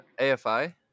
AFI